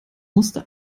musste